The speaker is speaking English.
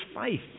faith